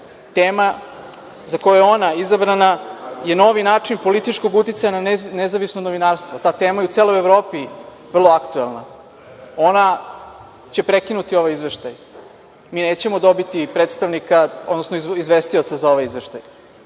Tema za koju je ona izabrana je - Novi način političkog uticaja na nezavisno novinarstvo. Ta tema je u celoj Evropi je vrlo aktuelna. Ona će prekinuti ovaj izveštaj. Mi nećemo dobiti izvestioca za ovaj izveštaj.